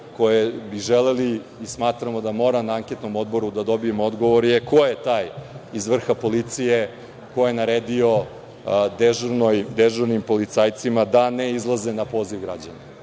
koje bismo želeli i smatramo da mora na Anketnom odboru da dobijemo odgovor je, koje taj iz vrha policije ko je naredio dežurnim policajcima da ne izlaze na poziv građana?